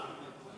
מה,